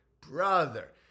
brother